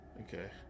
Okay